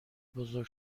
بزرگ